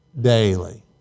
daily